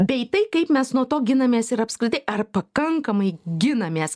bei tai kaip mes nuo to ginamės ir apskritai ar pakankamai ginamės